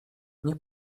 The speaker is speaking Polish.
nie